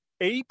AP